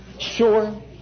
Sure